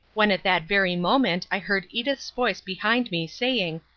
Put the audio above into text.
when at that very moment i heard edith's voice behind me saying,